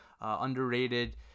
underrated